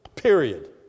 Period